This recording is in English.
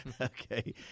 Okay